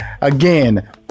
Again